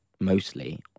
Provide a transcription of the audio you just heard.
mostly